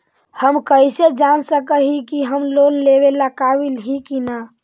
हम कईसे जान सक ही की हम लोन लेवेला काबिल ही की ना?